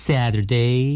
Saturday